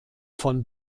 von